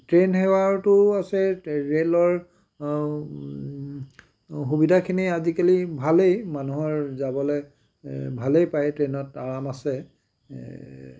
train সেৱাৰটো আছে ৰেলৰ সুবিধাখিনি আজিকালি ভালেই মানুহৰ যাবলৈ ভালেই পায় ট্ৰেইনত আৰাম আছে